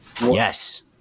Yes